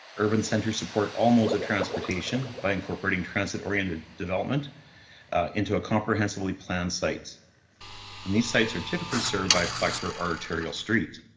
urban center support. almost the transportation by incorporating transit oriented development into a comprehensively planned sites and these sites are typically served by collector arterial st.